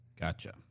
Gotcha